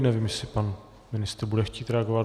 Nevím, jestli pan ministr bude chtít reagovat.